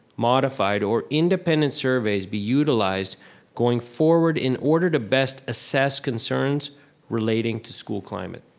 modified, or independent surveys be utilized going forward in order to best assess concerns relating to school climate.